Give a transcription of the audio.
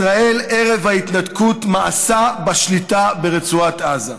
ישראל ערב ההתנתקות מאסה בשליטה ברצועת עזה.